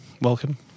Welcome